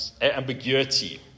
ambiguity